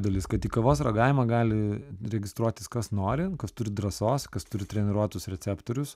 dalis kad į kavos ragavimą gali registruotis kas nori kas turi drąsos kas turi treniruotus receptorius